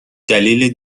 دلیل